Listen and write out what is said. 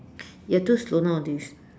you're too slow nowadays